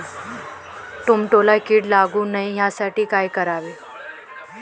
टोमॅटोला कीड लागू नये यासाठी काय करावे?